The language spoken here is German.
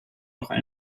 auch